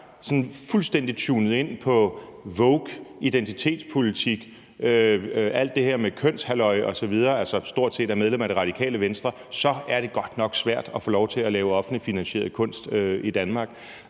sådan fuldstændig tunet ind på woke identitetspolitik og alt det her med kønshalløj osv., altså stort set er medlem af Radikale Venstre, så er det godt nok svært at få lov til at lave offentligt finansieret kunst i Danmark.